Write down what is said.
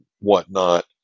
whatnot